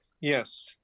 Yes